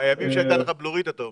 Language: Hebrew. מהימים שהייתה לך בלורית, אתה אומר.